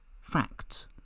facts